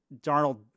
Darnold